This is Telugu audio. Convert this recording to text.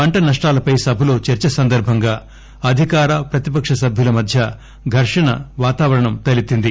పంట నష్టాలపై సభలో చర్చ సందర్బంగా అధికార ప్రతిపక్ష సభ్యుల మధ్య ఘర్వణ వాతావరణం తలెత్తింది